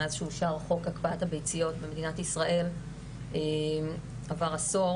מאז שאושר חוק הקפאת הביציות בישראל עבר עשור